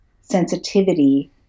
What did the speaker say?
sensitivity